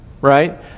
right